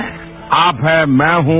वाप है मैं हूं